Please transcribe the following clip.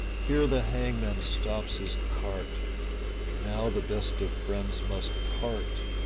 here the hangman stops his cart now the best of friends must part.